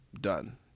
done